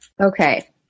Okay